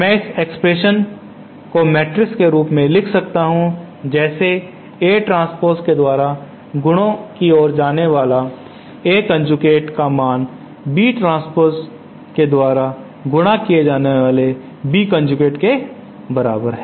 मैं इस एक्सप्रेशन को मैट्रिक्स के रूप में लिख सकता हूं जैसे A ट्रांस्पोस के द्वारा गुणों की ओर जाने वाला A कोंजूगेट का मान B ट्रांस्पोस के द्वारा गुणा किया जाने वाला B कोंजूगेट के बराबर है